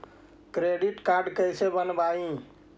Credit card कैसे बनवाई?